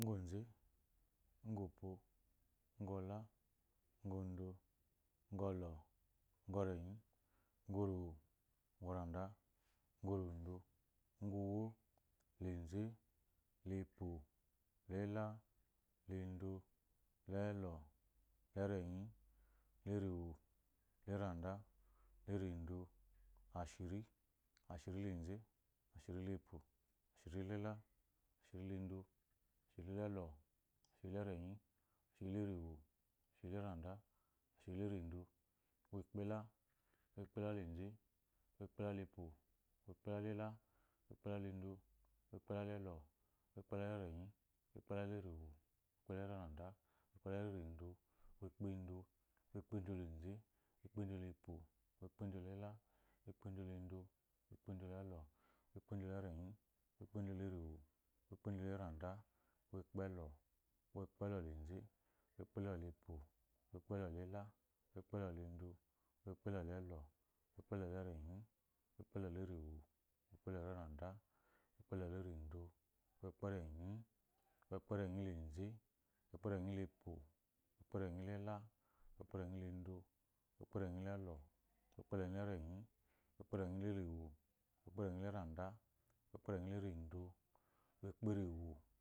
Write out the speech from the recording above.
Ngaze, ngopo, ngola, ngodo, ngɔlɔ, ngɔrenyi, ngɔrowo, ngoranda, ngurodo, nguwo, laezi, lepo, lela, lodo, lelɔ, erenyi, erowo, eranda, erodo, ashiri, ashiri leze, ashiri lelɔ, ashiri lerenyi, ashiri lerewo, ashirilaranda, ashirileredo, ukpela, ukpela eze, ukpela epo, ukpela lela, ukpela lendo, ukplaela lelo, ukpela lerenyi, ukpela lerewo ukpela laranda ukpelalarendo ukpendo ukpendo leze ukpendo lepo ukpendo lela, ukpendo ledo, ukpendo lelɔ, ukpendo lelɔ, ukpendo larenyi, ukpendo lerewo, ukpendo laranda, ukpelɔ ukpelɔleze, ukpelɔlepo ukpelɔ lela, ukpelɔlendo ukpelɔlelɔ, ukpelɔ larenyi, ukpelɔlerewo, ukpelɔrenda, ukpelɔlereado, ukpeenyi, ukpeenyileze, ukpeenyiilepu, ukpeenyilela, ukpeenyinyilondo, ukpeenyilɔ, ukpeenyilerenyi, ukpeenyilerewo, ukpeenyiilerenda, ukpeenyiilerendo, ukperewo